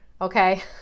Okay